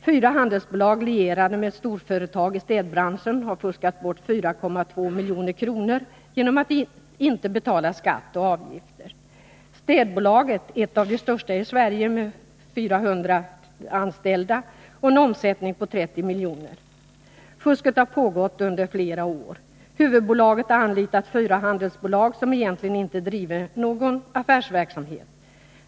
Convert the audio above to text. Fyra handelsbolag lierade med ett storföretag i städbranschen har fuskat bort 4,2 milj.kr., genom att inte betala skatt och avgifter. Städbolaget är ett av de största i Sverige med 400 anställda och en omsättning på 30 milj.kr. Fusket har pågått under flera år. Huvudbolaget har anlitat fyra handelsbolag som egentligen inte drivit någon affärsverksamhet.